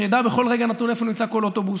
נדע בכל רגע נתון איפה נמצא כל אוטובוס.